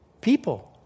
people